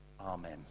Amen